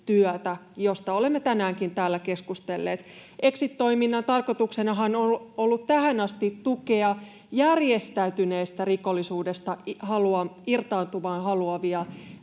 josta olemme tänäänkin täällä keskustelleet. Exit-toiminnan tarkoituksenahan on ollut tähän asti tukea järjestäytyneestä rikollisuudesta irtaantumaan haluavia